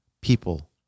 people